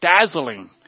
dazzling